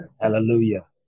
Hallelujah